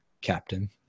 Captain